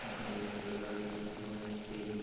বারোই ফেব্রুয়ারি দুহাজার তেইশ